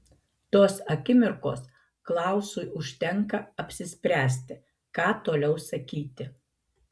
tos akimirkos klausui užtenka apsispręsti ką toliau sakyti